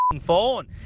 phone